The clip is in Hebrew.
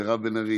מירב בן ארי,